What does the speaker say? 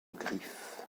griffes